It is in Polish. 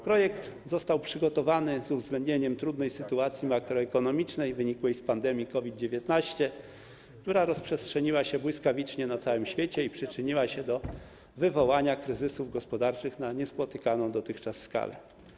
Projekt został przygotowany z uwzględnieniem trudnej sytuacji makroekonomicznej wynikłej z pandemii COVID-19, która rozprzestrzeniła się błyskawicznie na całym świecie i przyczyniła się do wywołania kryzysów gospodarczych na niespotykaną dotychczas skalę.